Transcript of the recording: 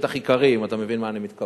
בשטח עיקרי, אם אתה מבין למה אני מתכוון,